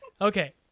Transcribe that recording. Okay